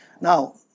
Now